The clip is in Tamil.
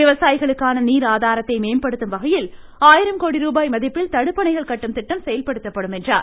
விவசாயிகளுக்கான நீர் ஆதாரத்தை மேம்படுத்தும் வகையில் ஆயிரம் கோடி ருபாய் மதிப்பில் தடுப்பணைகள் கட்டும் திட்டம் செயல்படுத்தப்படும் என்றார்